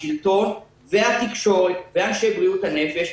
השלטון והתקשורת ואנשי בריאות הנפש,